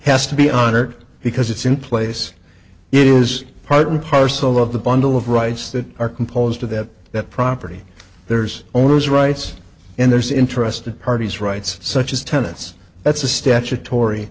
has to be honored because it's in place it is part and parcel of the bundle of rights that are composed of that that property there's owner's rights and there's interested parties rights such as tenants that's a statutory